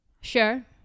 Sure